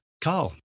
Carl